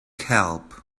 help